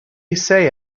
say